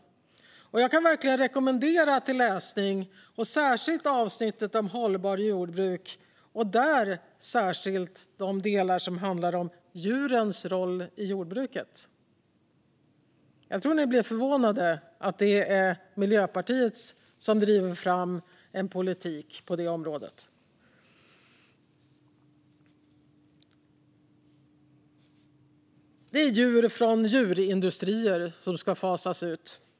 Jag kan verkligen rekommendera en läsning av den, särskilt avsnittet om hållbart jordbruk och delarna som handlar om djurens roll i jordbruket. Jag tror att ni skulle bli förvånade om ni insåg att det är Miljöpartiet som driver fram en politik på detta område. Det är djur från djurindustrier som ska fasas ut.